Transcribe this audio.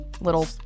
Little